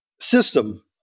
system